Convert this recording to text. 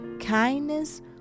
Kindness